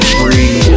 free